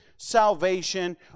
Salvation